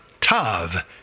Tav